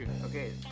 Okay